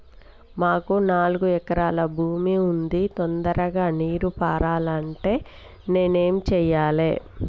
మాకు నాలుగు ఎకరాల భూమి ఉంది, తొందరగా నీరు పారాలంటే నేను ఏం చెయ్యాలే?